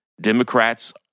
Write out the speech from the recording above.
Democrats